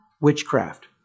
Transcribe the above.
witchcraft